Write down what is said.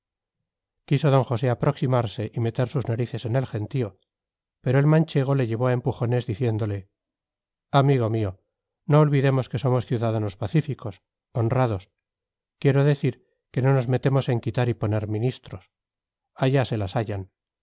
quiso d josé aproximarse y meter sus narices en el gentío pero el manchego le llevó a empujones diciéndole amigo mío no olvidemos que somos ciudadanos pacíficos honrados quiero decir que no nos metemos en quitar y poner ministros allá se las hayan